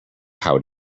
how